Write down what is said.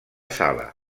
sala